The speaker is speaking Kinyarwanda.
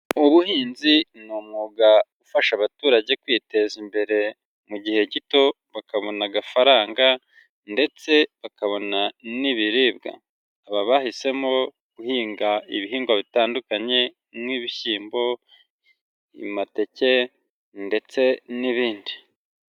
Ubuhinzi ni umwuga ufasha abaturage kwiteza imbere mu gihe gito bakabona agafaranga ndetse bakabona n'ibiribwa, aba bahisemo guhinga ibihingwa bitandukanye nk'ibishyimbo, amateke ndetse n'ibindi.